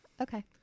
Okay